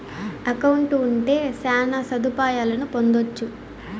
account ఉంటే శ్యాన సదుపాయాలను పొందొచ్చు